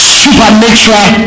supernatural